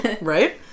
Right